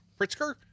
Pritzker